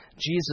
Jesus